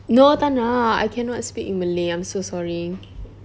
no tak nak I cannot speak in malay I'm so sorry